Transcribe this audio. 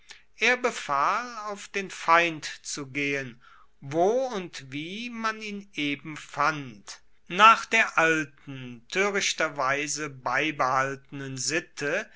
er befahl auf den feind zu gehen wo und wie man ihn eben fand nach der alten toerichterweise beibehaltenen sitte